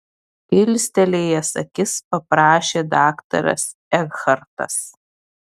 kilstelėjęs akis paprašė daktaras ekhartas